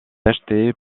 achetée